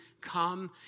come